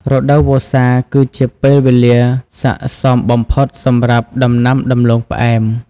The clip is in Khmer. រដូវវស្សា គឺជាពេលវេលាស័ក្តិសមបំផុតសម្រាប់ដំណាំដំឡូងផ្អែម។